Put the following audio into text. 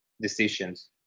decisions